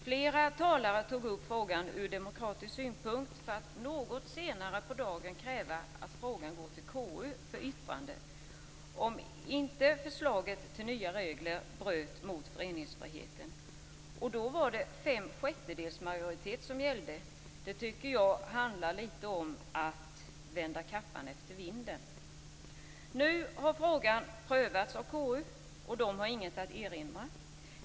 Flera talare tog upp frågan ur demokratisk synpunkt, för att något senare på dagen kräva att frågan skulle gå till KU för yttrande om inte förslaget till nya regler bröt mot föreningsfriheten. Då var det fem sjättedels majoritet som gällde. Det är att vända kappan efter vinden. Nu har frågan prövats av KU, och KU har inget att erinra.